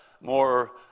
more